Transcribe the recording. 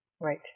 Right